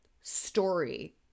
story